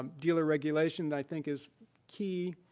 um dealer regulation, i think is key,